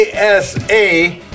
ASA